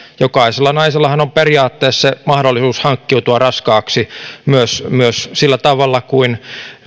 jokaisella naisellahan on periaatteessa mahdollisuus hankkiutua raskaaksi myös myös sillä tavalla kuin